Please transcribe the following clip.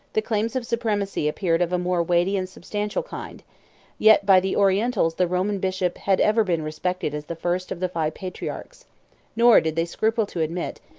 the claims of supremacy appeared of a more weighty and substantial kind yet by the orientals the roman bishop had ever been respected as the first of the five patriarchs nor did they scruple to admit,